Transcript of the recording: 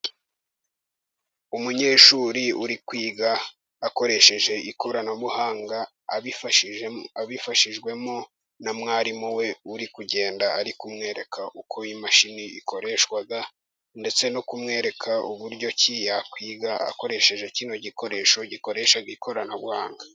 Umunyeshuri uri kwiga, akoresheje ikoranabuhanga, abifashijwemo na mwarimu we uri kugenda ari kumwereka uko imashini ikoreshwa, ndetse no kumwereka uburyo ki yakwiga akoresheje kino gikoresho gikoresha ikoranabuhanga.